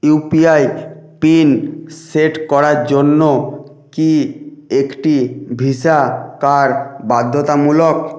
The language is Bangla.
ইউপিআই পিন সেট করার জন্য কি একটি ভিসা কার্ড বাধ্যতামূলক